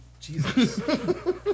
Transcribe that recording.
Jesus